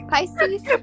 Pisces